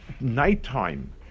nighttime